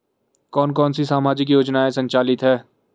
कौन कौनसी सामाजिक योजनाएँ संचालित है?